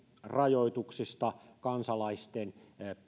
rajoituksista kansalaisten